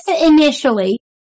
initially